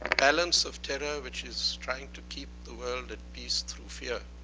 balance of terror, which is trying to keep the world at peace through fear,